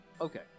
Okay